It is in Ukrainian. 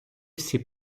всі